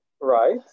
right